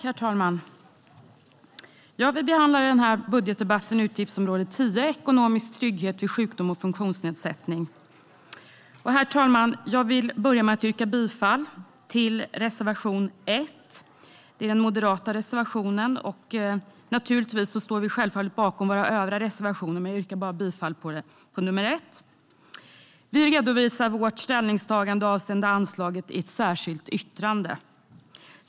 Herr talman! Vi behandlar i den här budgetdebatten utgiftsområde 10, ekonomisk trygghet vid sjukdom och funktionsnedsättning. Jag vill börja med att yrka bifall till reservation 1 från Moderaterna. Naturligtvis står vi även bakom våra övriga reservationer. Vi redovisar vårt ställningstagande avseende anslaget i ett särskilt yttrande.